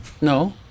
no